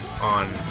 on